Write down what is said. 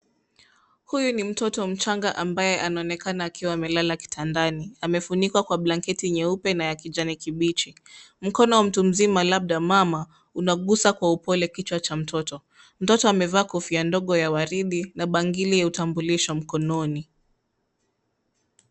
Huyu ni mtoto mchanga ambaye anaonekana akiwa amelala kitandani. Amefunikwa kwa blanketi nyeupe na ya kijani kibichi. Mkono wa mtu mzima, labda mama, unagusa kwa upole kichwa cha mtoto. Mtoto amevaa kofia ndogo ya waridi na bangili ya utambulisho mkononi.